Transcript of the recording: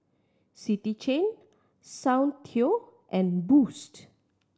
City Chain Soundteoh and Boost